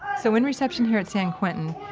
so in reception here at san quentin,